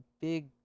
big